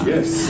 Yes